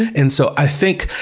and so i think,